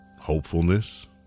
hopefulness